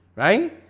right?